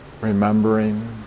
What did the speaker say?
Remembering